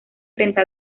frente